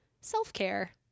self-care